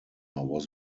was